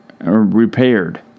repaired